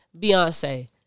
Beyonce